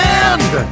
end